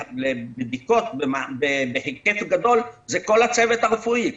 לבדיקות בהיקף גדול היא כל הצוות הרפואי.